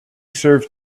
serve